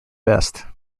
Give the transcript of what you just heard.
best